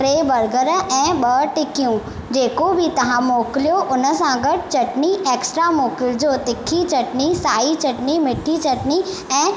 टे बर्गर ऐं ॿ टिक्कियूं जेको बि तव्हां मोकिलियो उन सां गॾु चटनी एक्सट्रा मोकिलजो तिखी चटनी साई चटनी मिट्ठी चटनी ऐं